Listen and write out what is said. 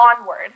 onward